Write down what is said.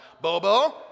Bobo